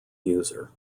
user